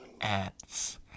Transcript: ants